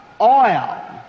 oil